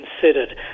considered